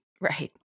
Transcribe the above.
Right